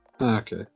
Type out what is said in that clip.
Okay